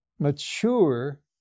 mature